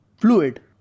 fluid